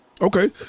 Okay